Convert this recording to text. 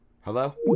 Hello